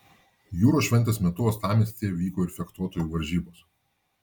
jūros šventės metu uostamiestyje vyko ir fechtuotojų varžybos